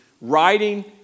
writing